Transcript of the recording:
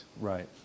Right